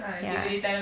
ya